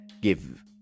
give